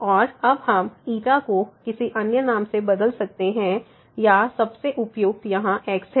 और अब हम को किसी अन्य नाम से बदल सकते हैं या सबसे उपयुक्त यहां x है